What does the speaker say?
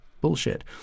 bullshit